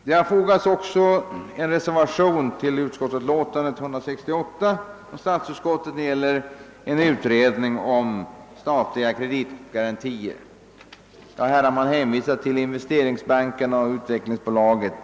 Det har också fogats en reservation till statsutskottets utlåtande nr 168 beträffande en utredning om statliga kreditgarantier. Utskottet har därvidlag hänvisat till Investeringsbanken och utvecklingsbolaget.